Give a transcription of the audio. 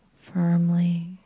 firmly